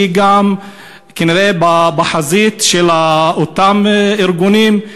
שהיא כנראה בחזית של אותם ארגונים,